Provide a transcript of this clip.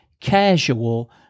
casual